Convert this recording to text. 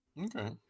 Okay